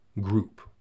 group